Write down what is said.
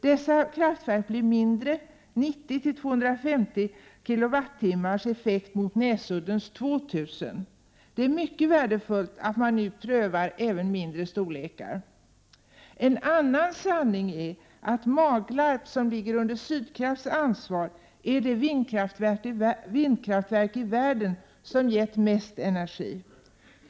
Dessa blir mindre, 90—250 kWh effekt mot Näsuddens 2000. Det är mycket värdefullt att man nu prövar även mindre storlekar. En annan sanning är att Maglarp, som ligger under Sydkrafts ansvar, är det vindkraftverk i världen som gett mest energi.